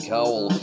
Cowl